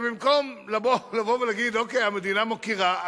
ובמקום לומר: המדינה מוקירה,